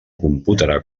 computarà